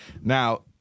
Now